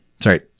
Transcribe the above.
Sorry